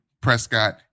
Prescott